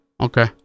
Okay